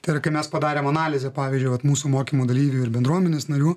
tai yra kai mes padarėm analizę pavyzdžiui vat mūsų mokymų dalyvių ir bendruomenės narių